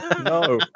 No